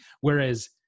Whereas